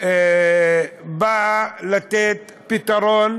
באה לתת פתרון